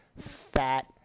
fat